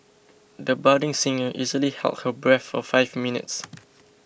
the budding singer easily held her breath for five minutes